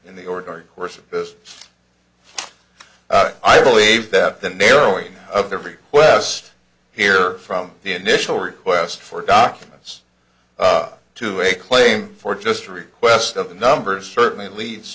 in the ordinary course of this i believe that the narrowing of the request here from the initial request for documents to a claim for just a request of the numbers certainly leads